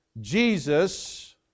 Jesus